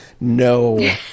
No